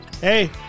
Hey